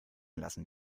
lassen